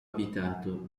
abitato